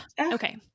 Okay